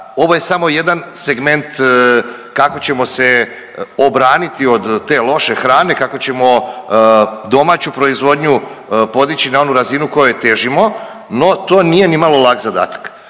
ovo je samo jedan segment kako ćemo se obraniti od te loše hrane, kako ćemo domaću proizvodnju podići na onu razinu kojoj težimo, no to nije nimalo lak zadatak.